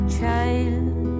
Child